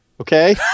Okay